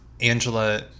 angela